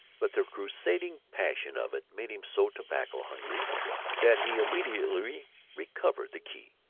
but the crusading passion of it made him so tobacco-hungry that he immediately recovered the key,